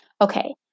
Okay